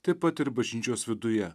taip pat ir bažnyčios viduje